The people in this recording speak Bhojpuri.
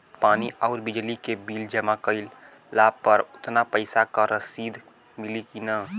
पानी आउरबिजली के बिल जमा कईला पर उतना पईसा के रसिद मिली की न?